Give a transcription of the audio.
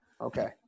Okay